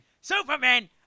Superman